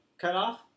cutoff